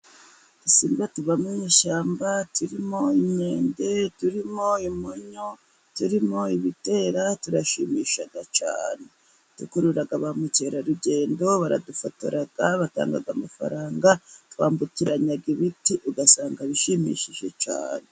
Udusimba tuba mu ishyamba turimo inkende, turimo imonyo, turimo ibitera turashimisha cyane. Dukurura ba mukerarugendo, baradufotora, batanga amafaranga, twambukiranya ibiti ugasanga bishimishije cyane.